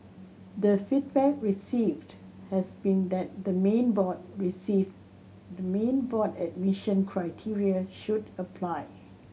the feedback received has been that the main board receive the main board admission criteria should apply